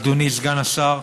אדוני סגן השר,